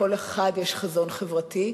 לכל אחד יש חזון חברתי,